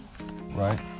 Right